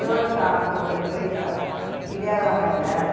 चड काम करूंक पळयता किद्या काय म्हटल्यार